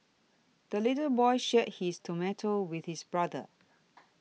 the little boy shared his tomato with his brother